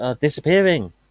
disappearing